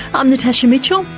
i'm natasha mitchell,